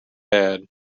bad